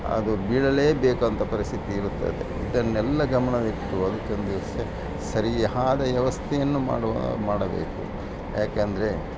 ಅದು ಬೀಳಲೇ ಬೇಕಾದಂತ ಪರಿಸ್ಥಿತಿ ಇರುತ್ತದೆ ಇದನ್ನೆಲ್ಲ ಗಮನವಿಟ್ಟು ಅಂಥದ್ದು ಸರಿಯಾದ ವ್ಯವಸ್ಥೆಯನ್ನು ಮಾಡುವ ಮಾಡಬೇಕು ಯಾಕೆಂದ್ರೆ